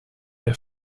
der